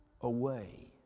away